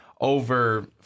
over